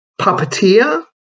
puppeteer